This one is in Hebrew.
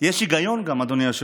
יש היגיון גם, אדוני היושב-ראש.